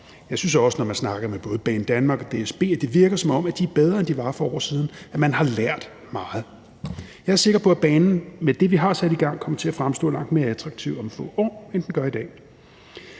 og DSB, at det virker, som om de er bedre, end de var for år siden – at man har lært meget. Jeg er sikker på, at banen med det, vi har sat i gang, kommer til at fremstå langt mere attraktiv om få år, end den gør i dag.